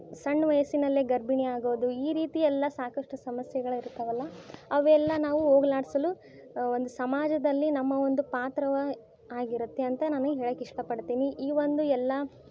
ಸಣ್ಣ ವಯಸ್ಸಿನಲ್ಲೇ ಗರ್ಭಿಣಿ ಆಗೋದು ಈ ರೀತಿ ಎಲ್ಲ ಸಾಕಷ್ಟು ಸಮಸ್ಯೆಗಳಿರ್ತಾವಲ್ಲ ಅವೆಲ್ಲ ನಾವು ಹೋಗ್ಲಾಡ್ಸಲು ಒಂದು ಸಮಾಜದಲ್ಲಿ ನಮ್ಮ ಒಂದು ಪಾತ್ರವೇ ಆಗಿರುತ್ತೆ ಅಂತ ನಾನು ಹೇಳೋಕ್ ಇಷ್ಟ ಪಡ್ತೀನಿ ಈ ಒಂದು ಎಲ್ಲ